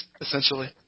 essentially